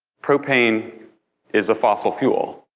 propane is a fossil fuel.